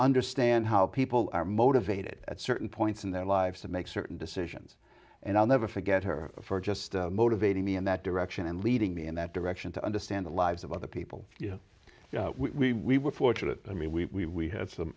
understand how people are motivated at certain points in their lives to make certain decisions and i'll never forget her for just motivating me in that direction and leading me in that direction to understand the lives of other people we were fortunate i mean we had some